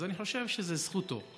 אז אני חושב שזו זכותו.